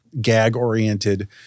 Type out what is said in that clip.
gag-oriented